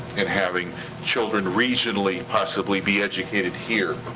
in having children regionally, possibly, be educated here.